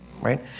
Right